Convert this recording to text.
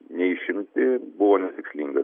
neišimti buvo netikslinga